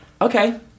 okay